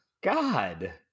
God